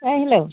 ओइ हेलौ